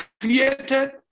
created